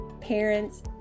parents